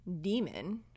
demon